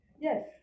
Yes